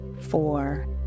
four